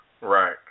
Right